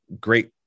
great